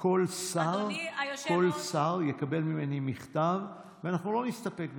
כל שר יקבל ממני מכתב, ואנחנו לא נסתפק בזה.